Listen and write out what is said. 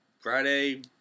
friday